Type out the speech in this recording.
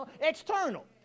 external